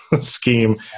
scheme